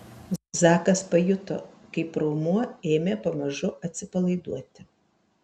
zakas pajuto kaip raumuo ėmė pamažu atsipalaiduoti